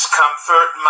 comfort